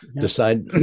decide